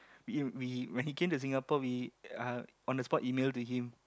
we we when he came to Singapore we uh on the spot email to him